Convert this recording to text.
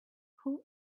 who